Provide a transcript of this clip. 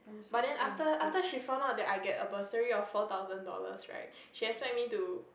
but then after after she found out that I get a bursary of four thousand dollars right she expect me to